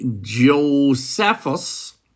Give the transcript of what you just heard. Josephus